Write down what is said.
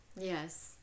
yes